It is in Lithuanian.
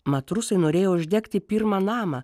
mat rusai norėjo uždegti pirmą namą